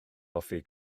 hoffi